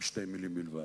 בשתי מלים בלבד.